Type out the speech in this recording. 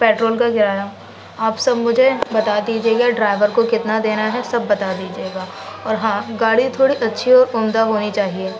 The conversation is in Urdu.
پیٹرول کا کرایہ آپ سب مجھے بتا دیجیے گا ڈرائیور کو کتنا دینا ہے سب بتا دیجیے گا اور ہاں گاڑی تھوڑی اچھی اور عمدہ ہونی چاہیے